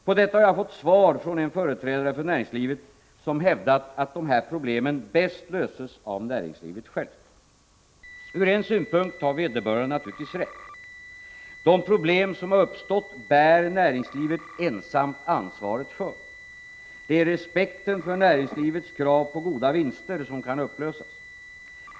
På detta har jag fått svar från en företrädare för näringslivet, som hävdat att dessa problem bäst löses av näringslivet självt. Ur en synpunkt har vederbörande naturligtvis rätt. De problem som har uppstått bär näringslivet ensamt ansvaret för. Det är respekten för näringslivets krav på goda vinster som kan upplösas.